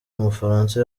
umufaransa